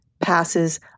passes